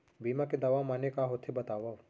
बीमा के दावा माने का होथे बतावव?